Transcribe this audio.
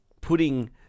putting